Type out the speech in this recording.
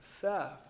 theft